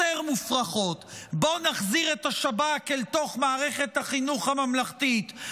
יותר מופרכות: בואו נחזיר את השב"כ אל תוך מערכת החינוך הממלכתית,